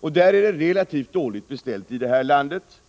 Där är det relativt dåligt beställt i det här landet.